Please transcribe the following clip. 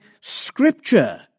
Scripture